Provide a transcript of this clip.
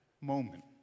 moment